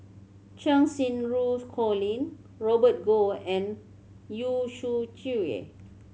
Cheng Xinru Colin Robert Goh and Yu Zhuye